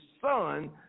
son